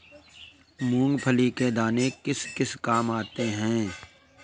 मूंगफली के दाने किस किस काम आते हैं?